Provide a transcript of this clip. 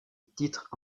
titre